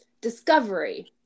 discovery